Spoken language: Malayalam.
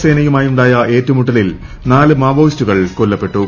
സേനയുമായുണ്ടായ ഏറ്റുമുട്ടലിൽ നാല് മാവോയിസ്റ്റുകൾ കൊല്ലപ്പെട്ടു